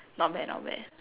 not bad not bad